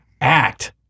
act